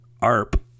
ARP